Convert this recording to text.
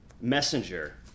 messenger